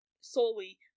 solely